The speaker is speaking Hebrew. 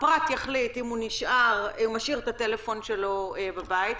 הפרט יחליט אם הוא משאיר את הטלפון שלו בבית,